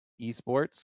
esports